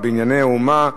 ב"בנייני האומה".